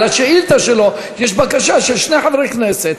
על השאילתה שלו יש בקשה של שני חברי כנסת.